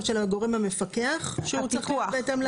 של הגורם המפקח שהוא צריך להיות בהתאם.